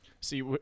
See